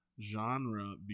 genre